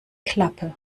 klappe